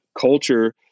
culture